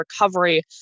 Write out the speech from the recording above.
recovery